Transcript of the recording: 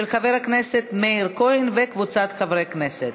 של חבר הכנסת מאיר כהן וקבוצת חברי כנסת.